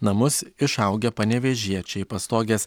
namus išaugę panevėžiečiai pastogės